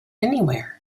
anywhere